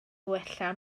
wella